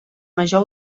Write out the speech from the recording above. major